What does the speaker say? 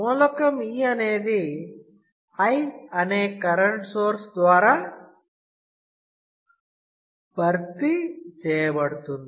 మూలకం E అనేది I అనే కరెంట్ సోర్స్ ద్వారా భర్తీ చేయబడుతుంది